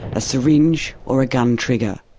a syringe or a gun trigger?